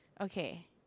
okay